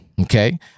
okay